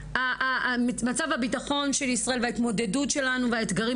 מצב הביטחון של ישראל וההתמודדות שלנו והאתגרים